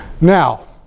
Now